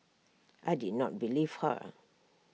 I did not believe her